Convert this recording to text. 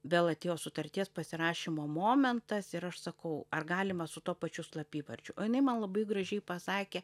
vėl atėjo sutarties pasirašymo momentas ir aš sakau ar galima su tuo pačiu slapyvardžiu o jinai man labai gražiai pasakė